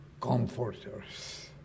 comforters